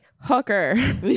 hooker